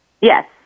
Yes